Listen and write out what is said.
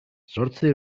zortzi